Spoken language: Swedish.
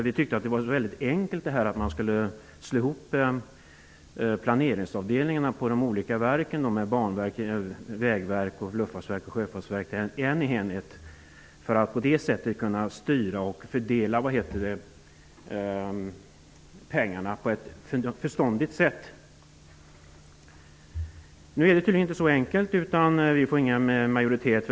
Vi tycker att det borde vara mycket enkelt att slå ihop planeringsavdelningarna på de olika verken -- Banverket, Vägverket, Luftfartsverket och Sjöfartsverket -- till en enda enhet för att på det sättet kunna styra och fördela pengarna på ett förståndigt sätt. Så enkelt är det dock tydligen inte. Vi får inte stöd av en majoritet.